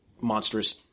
monstrous